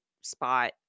spot